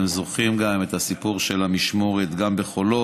אתם זוכרים גם את הסיפור של המשמורת, גם בחולות.